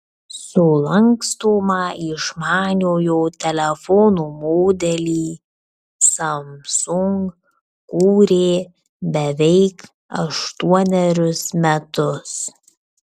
sulankstomą išmaniojo telefono modelį samsung kūrė beveik aštuonerius metus